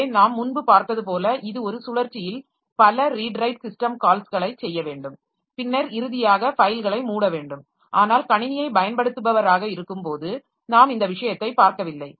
எனவே நாம் முன்பு பார்த்தது போல் இது ஒரு சுழற்சியில் பல ரீட் ரைட் சிஸ்டம் கால்ஸ்களை செய்ய வேண்டும் பின்னர் இறுதியாக ஃபைல்களை மூட வேண்டும் ஆனால் கணினியைப் பயன்படுத்துபவராக இருக்கும்போது நாம் இந்த விஷயத்தை பார்க்கவில்லை